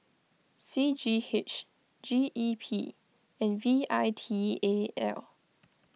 C G H G E P and V I T A L